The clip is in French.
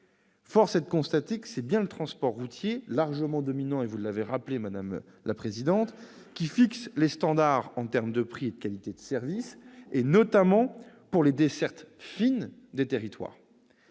Force est de constater que c'est bien le transport routier, largement dominant- vous l'avez rappelé, madame Assassi -, qui fixe les standards en termes de prix et de qualité de service, et notamment pour les dessertes fines des territoires.